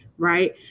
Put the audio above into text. right